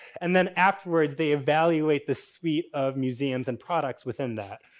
and then afterwards they evaluate the suite of museums and products within that.